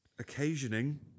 occasioning